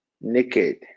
naked